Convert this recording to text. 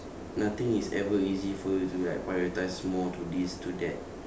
nothing is ever easy for you to like prioritise more to this to that